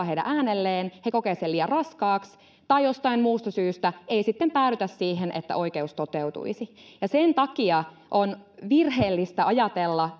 heidän äänelleen he kokevat sen liian raskaaksi tai jostain muusta syystä ei sitten päädytä siihen että oikeus toteutuisi sen takia on virheellistä ajatella